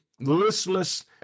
listless